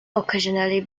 occasionally